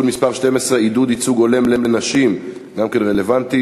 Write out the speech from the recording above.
(תיקון מס' 12) (עידוד ייצוג הולם לנשים) גם כן רלוונטי,